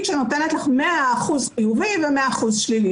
שנותנת לך 100% חיובי ו-100% שלילי.